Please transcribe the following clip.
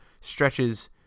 stretches